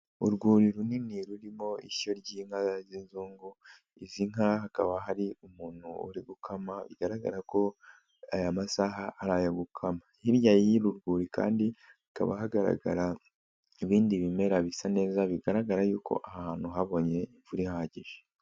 Urwuri runini rurimo ishyo ry'inka zinzungu izi nka hakaba hari umuntu urigukama igaragara ko aya masaha arayagukama, hirya y'ururwuri kandi hakaba ha ibindi bimera bisa neza bigaragara yuko ahantu habonye imvura ihagije.